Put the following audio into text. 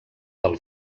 del